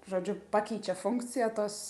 žodžiu pakeičia funkciją tos